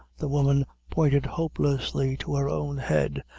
the woman pointed hopelessly to her own head,